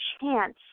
chance